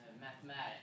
Mathematics